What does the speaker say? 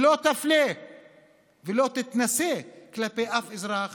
שלא תפלה ולא תתנשא כלפי אף אזרח